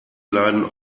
leiden